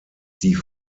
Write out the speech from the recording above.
die